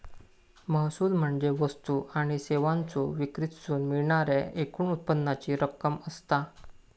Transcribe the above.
महसूल म्हणजे वस्तू आणि सेवांच्यो विक्रीतसून मिळणाऱ्या एकूण उत्पन्नाची रक्कम असता